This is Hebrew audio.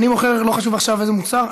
אני מוכר לא חשוב עכשיו איזה מוצר,